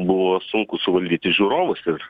buvo sunku suvaldyti žiūrovus ir